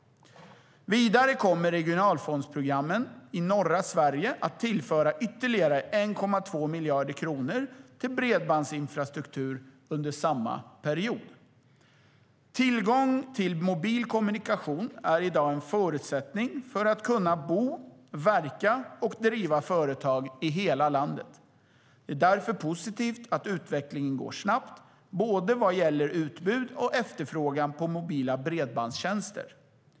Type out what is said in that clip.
Vidare kommer regionalfondsprogrammen i norra Sverige att tillföra ytterligare 1,2 miljarder kronor till bredbandsinfrastruktur under samma period. Tillgång till mobil kommunikation är i dag en förutsättning för att kunna bo, verka och driva företag i hela landet. Det är därför positivt att utvecklingen går snabbt vad gäller både utbud av och efterfrågan på mobila bredbandstjänster.